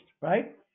right